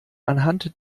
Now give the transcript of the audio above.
anhand